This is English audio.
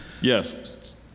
Yes